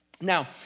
Now